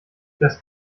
das